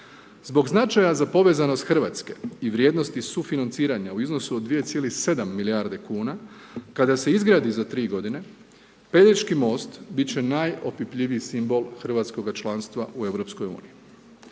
Zbog značaja za povezanost Hrvatske i vrijednosti sufinancirati u iznosu od 2,7 milijardi kn, kada se izgradi za 3 g. Pelješki most, biti će najopipljiviji simbol hrvatskoga članstva u EU.